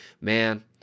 Man